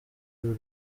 uru